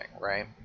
right